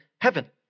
heaven